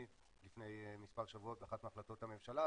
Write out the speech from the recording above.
לפני מספר שבועות באחת מהחלטות הממשלה,